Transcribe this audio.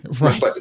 Right